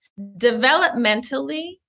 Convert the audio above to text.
developmentally